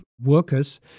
workers